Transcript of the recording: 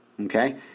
Okay